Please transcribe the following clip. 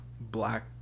black